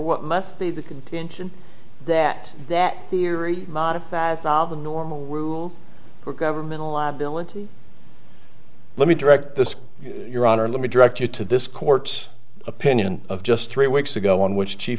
what must be the contention that that theory modifies all the normal rules for government a liability let me direct this your honor let me direct you to this court's opinion of just three weeks ago on which chief